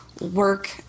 work